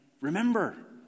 remember